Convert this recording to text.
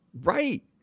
Right